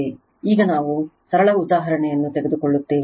ಈಗ ನಾವು ಸರಳ ಉದಾಹರಣೆಯನ್ನು ತೆಗೆದುಕೊಳ್ಳುತ್ತೇವೆ